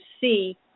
see